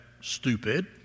stupid